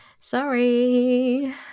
Sorry